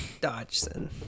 Dodgson